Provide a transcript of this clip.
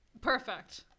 Perfect